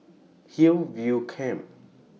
Hillview Camp